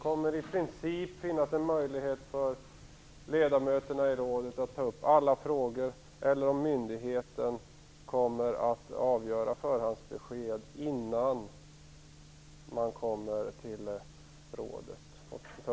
Kommer det att finnas en möjlighet för ledamöterna i rådet att ta upp i princip alla frågor eller kommer myndigheten att ge förhandsbesked innan frågorna kommer till rådet?